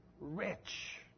rich